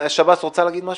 שב"ס, רוצה להגיד משהו?